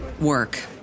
work